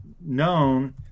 known